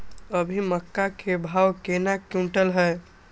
अभी मक्का के भाव केना क्विंटल हय?